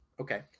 Okay